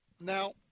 Now